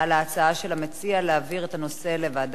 להעביר את הנושא לוועדה לביקורת המדינה.